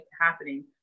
happening